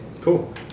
Cool